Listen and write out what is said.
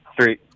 three